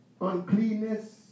uncleanness